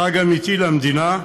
חג אמיתי למדינה,